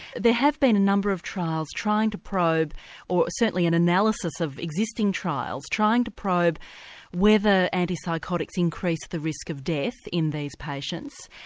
have been a number of trials trying to probe or certainly an analysis of existing trials trying to probe whether antipsychotics increase the risk of death in these patients,